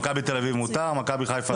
במכבי ת"א מותר ובמכבי חיפה אסור.